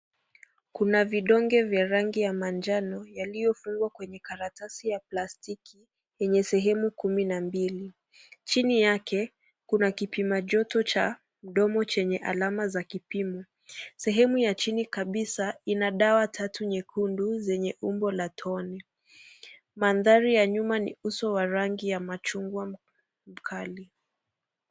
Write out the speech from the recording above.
Kuna vidonge vya rangi ya manjano yaliyofungwa kwenye karatasi ya plastiki yenye sehemu kumi na mbili. Chini yake kuna kipima joto cha mdomo chenye alama za kipimo. Sehemu ya chini kabisa ina dawa tatu nyekundu, zenye umbo la tone, mandhari ya nyuma ni uso wa rangi ya machungwa mkali.